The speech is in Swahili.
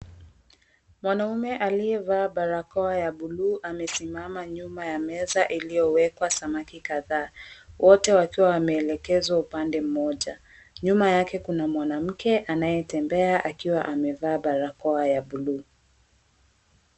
Mwanamume aliyevaa barakoa ya buluu amesimama nyuma ya meza iliyowekwa samaki kadhaa, wote wakiwa wameelekezwa upande mmoja. Nyuma yake kuna mwanamke anayetembea akiwa amevaa barakoa ya buluu.